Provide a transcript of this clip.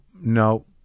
no